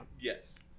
Yes